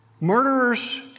murderers